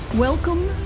Welcome